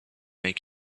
make